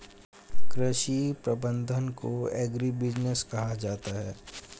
कृषि प्रबंधन को एग्रीबिजनेस कहा जाता है